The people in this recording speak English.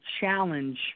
challenge